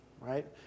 right